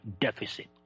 deficit